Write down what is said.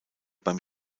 beim